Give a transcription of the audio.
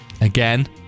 Again